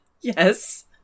Yes